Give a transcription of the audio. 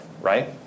right